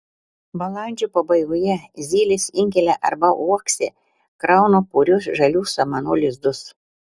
balandžio pabaigoje zylės inkile arba uokse krauna purius žalių samanų lizdus